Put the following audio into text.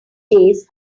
days